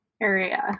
area